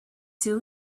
two